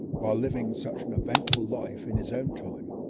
while living such an eventful life in his own time.